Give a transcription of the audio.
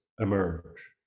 emerge